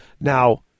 Now